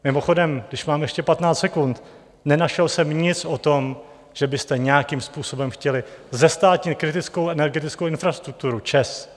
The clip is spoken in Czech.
Mimochodem, když mám ještě 15 sekund, nenašel jsem nic o tom, že byste nějakým způsobem chtěli zestátnit kritickou energetickou infrastrukturu ČEZ.